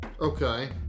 Okay